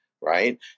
right